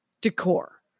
decor